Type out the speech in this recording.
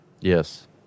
Yes